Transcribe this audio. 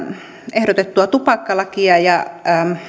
ehdotettua tupakkalakia ja